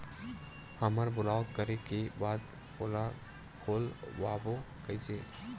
हमर ब्लॉक करे के बाद ओला खोलवाबो कइसे?